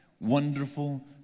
wonderful